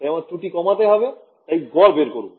তাই আমায় ত্রুটি কমাতে হবে তাই গড় বের করবো